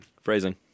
Phrasing